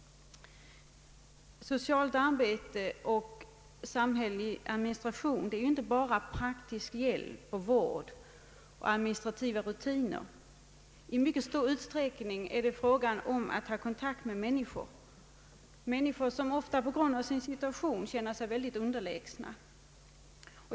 Socialt arbete och samhällelig administration är inte bara praktisk hjälp, vård och administrativa rutiner. Det är i stor utsträckning också fråga om att ta kontakt med människor, som ofta på grund av sin situation känner sig underlägsna.